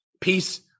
Peace